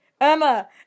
Emma